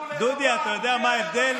דודי, אתה יודע מה ההבדל?